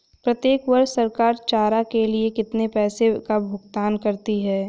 प्रत्येक वर्ष सरकार चारा के लिए कितने पैसों का भुगतान करती है?